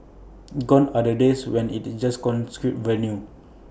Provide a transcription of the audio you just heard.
gone are the days when IT just venue